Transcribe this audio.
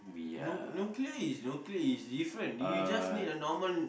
no no okay okay is different you just need a normal